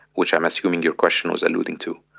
which i'm assuming your question was alluding to.